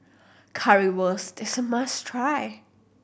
currywurst is must try